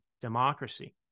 democracy